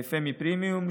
פמי פרימיום,